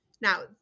Now